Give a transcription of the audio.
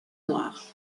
noirs